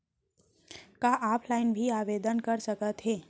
का ऑफलाइन भी आवदेन कर सकत हे?